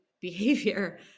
behavior